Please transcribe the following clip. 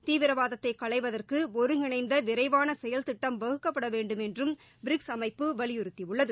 தீவிரவாதத்தை களைவதற்கு ஒருங்கிணைந்த விரைவான செயல்திட்டம் வகுக்கப்பட வேண்டும் என்றும் பிரிக்ஸ் அமைப்பு வலியுறுத்தியுள்ளது